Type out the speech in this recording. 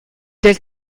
del